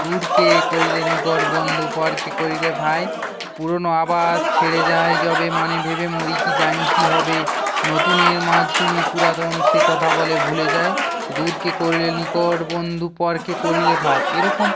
দূরকে করিলে নিকট বন্ধু পরকে করিলে ভাই পুরানো আবাস ছেড়ে যাই যবে মনে ভেবে মরি কী জানি কী হবে নূতনের মাঝে তুমি পুরাতন সে কথা যে ভুলে যাই দূরকে করিলে নিকট বন্ধু পরকে করিলে ভাই এরকম